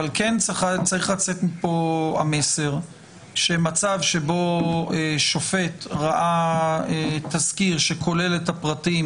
אבל כן צריך לצאת מכאן המסר שמצב שבו שופט ראה תסקיר שכולל את הפרטים